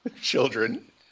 children